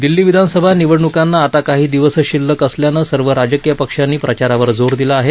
दिल्ली विधानसभा निवडणूकांना आता काही दिवसच शिल्लक असल्यानं सर्व राजकीय पक्षांनी प्रचारावर जोर दिला आहे